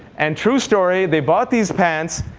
and true story they bought these pants,